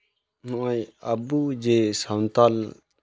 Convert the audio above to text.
ᱱᱚᱜᱼᱚᱸᱭ ᱟᱵᱚ ᱡᱮ ᱥᱟᱱᱛᱟᱲ